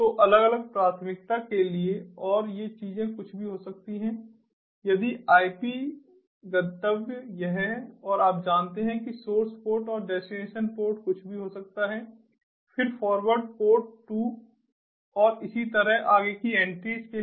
तो अलग अलग प्राथमिकता के लिए और ये चीजें कुछ भी हो सकती हैं यदि आईपी गंतव्य यह है और आप जानते हैं कि सोर्स पोर्ट और डेस्टिनेशन पोर्ट कुछ भी हो सकता है फिर फॉरवर्ड पोर्ट 2 और इसी तरह आगे की एंट्रीज के लिए